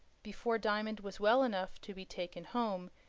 before diamond was well enough to be taken home,